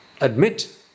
admit